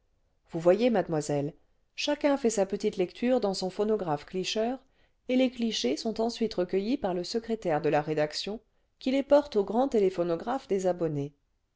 vous voyez mademoiselle chacun fait sa petite lecture dans son phonographe clicheur et les clichés sont ensuite recueillis par le secrétaire de la rédaction qui les porte au grand téléphonographe des abonnés